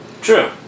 True